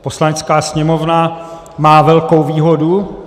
Poslanecká sněmovna má velkou výhodu.